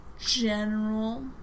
general